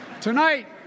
tonight